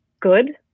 good